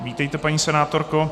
Vítejte paní senátorko.